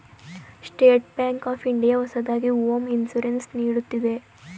state Bank of India ಹೊಸದಾಗಿ home insurance ನೀಡುತ್ತಿದೆ